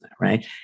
right